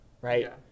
right